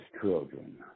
children